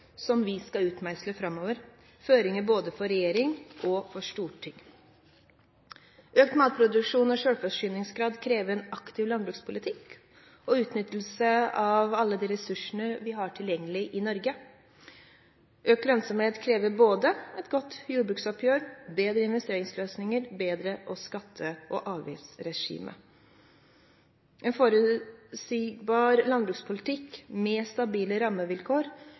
som vi skal utmeisle framover, føringer for både regjering og storting. Økt matproduksjon og selvforsyningsgrad krever en aktiv landbrukspolitikk og utnyttelse av alle ressursene vi har tilgjengelig i Norge. Økt lønnsomhet krever både et godt jordbruksoppgjør, bedre investeringsløsninger og bedre skatte- og avgiftsregime. En forutsigbar landbrukspolitikk med stabile rammevilkår